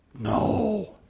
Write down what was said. no